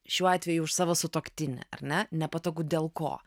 šiuo atveju už savo sutuoktinį ar ne nepatogu dėl ko